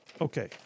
Okay